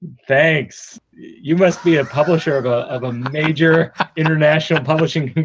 thanks you must be a publisher of a of a major international publishing.